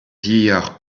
vieillard